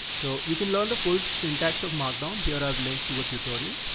so you can learn the full syntax of markdown here. i've linked to a tutorial.